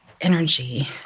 energy